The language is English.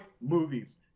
movies